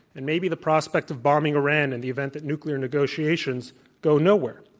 and maybe the prospect of bombing iran in the event that nuclear negotiations go nowhere?